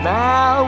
now